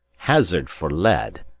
hazard for lead!